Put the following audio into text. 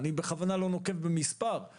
אני בכוונה לא נוקב במספר כי